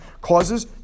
causes